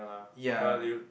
ya